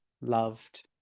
loved